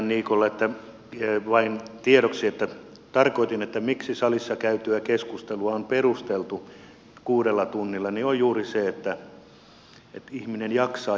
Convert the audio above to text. ihan niikolle vain tiedoksi että tarkoitin että syy siihen miksi salissa käydyssä keskustelussa on perusteltu kuutta tuntia on juuri se että ihminen jaksaa ja tuottaa sinä aikana paremmin